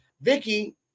Vicky